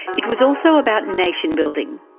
it was also about nation building.